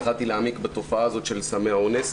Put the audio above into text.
התחלתי להעמיק בתופעה הזאת של סמי אונס.